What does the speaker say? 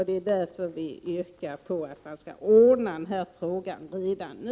Det är därför vi yrkar att man skall ordna den här saken redan nu.